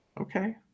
okay